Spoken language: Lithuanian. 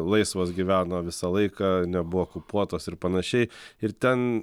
laisvos gyveno visą laiką nebuvo okupuotos ir panašiai ir ten